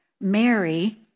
Mary